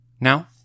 Now